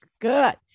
Good